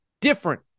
different